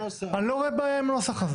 אני לא רואה בעיה עם הנוסח הזה.